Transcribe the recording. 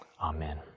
amen